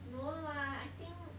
no lah I think